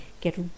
get